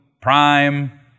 Prime